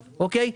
אוקיי?